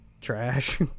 trash